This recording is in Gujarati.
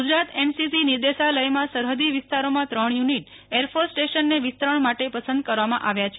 ગુજરાત એનસીસી નિર્દેશાલયમાં સરહદી વિસ્તારોમાં ત્રણ યુનિટ એરફોર્સ સ્ટેશનને વિસ્તરણ માટે પસંદ કરવામાં આવ્યા છે